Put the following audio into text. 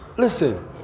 Listen